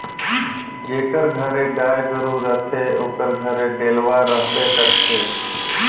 जेकर घरे गाय गरू रहथे ओकर घरे डेलवा रहबे करथे